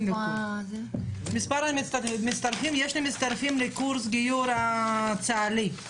מה היה התקציב של מערך הגיור ב-2019?